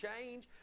change